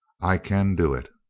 i can do it.